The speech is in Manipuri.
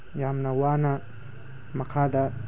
ꯌꯥꯝꯅ ꯋꯥꯅ ꯃꯈꯥꯗ